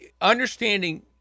understanding